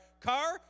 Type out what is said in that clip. car